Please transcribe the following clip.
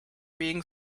being